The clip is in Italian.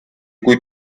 cui